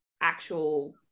actual